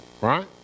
right